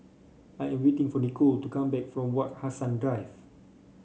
I am waiting for Nicole to come back from Wak Hassan Drive